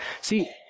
See